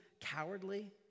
cowardly